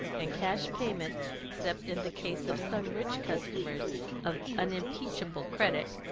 and cash payments, except in the case of some rich customers of unimpeachable credit,